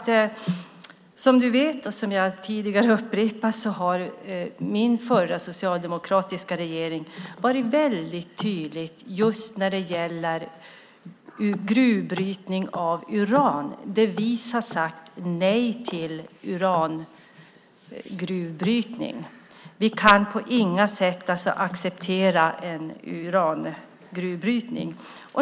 Som du vet, och som jag tidigare upprepat, har den förra, socialdemokratiska regeringen varit väldigt tydlig just när det gäller gruvbrytning av uran. Vi har sagt nej till urangruvbrytning. Vi kan på inget sätt acceptera en urangruvbrytning.